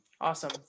Awesome